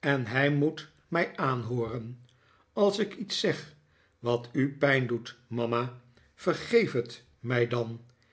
en hij moet mij aanhooren als ik iets zeg wat u pijn doet mama vergeef het mij dan